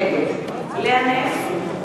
נגד לאה נס,